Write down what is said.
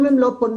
אם הם לא פונים,